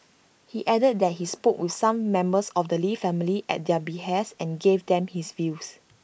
he added that he spoke with some members of the lee family at their behest and gave them his views